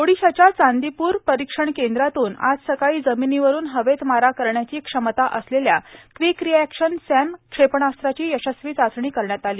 ओडिशाच्या चांदीपूर परीक्षण केंद्रातून आज सकाळी जमीनीवरून हवेत मारा करण्याची क्षमता असलेल्या क्विक रियाक्षन सॅम क्षेपणास्त्राची यशस्वी चाचणी करण्यात आलं